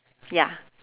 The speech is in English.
ya